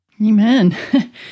Amen